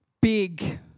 big